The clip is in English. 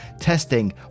testing